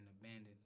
abandoned